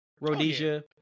Rhodesia